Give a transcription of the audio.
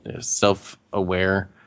self-aware